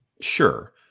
sure